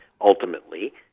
ultimately